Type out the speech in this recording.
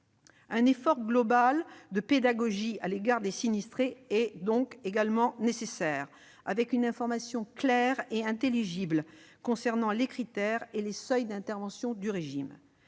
Un effort global de pédagogie à l'égard des sinistrés est également nécessaire, l'information concernant les critères et les seuils d'intervention du régime